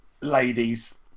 ladies